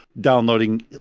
downloading